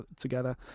together